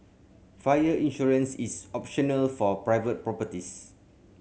fire insurance is optional for private properties